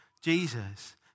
Jesus